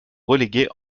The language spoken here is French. relégués